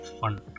fun